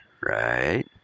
right